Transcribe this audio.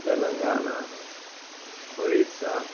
Telangana Orissa